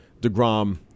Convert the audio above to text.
Degrom